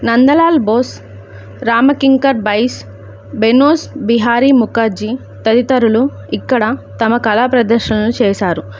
నందలాల్ బోస్ రాంకింకర్ బైజ్ బినోద్ బిహారీ ముఖర్జీ తదితరులు ఇక్కడ తమ కళా ప్రదర్శనలు చేశారు